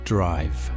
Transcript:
Drive